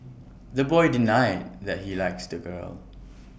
the boy denied that he likes the girl